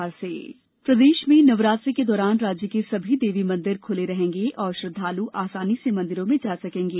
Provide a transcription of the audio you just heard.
मंदिर दुर्गापूजन निर्देश प्रदेश में नवरात्र के दौरान राज्य के सभी देवी मंदिर खुले रहेंगे और श्रद्दालु आसानी से मंदिरों में जा सकेंगे